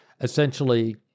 essentially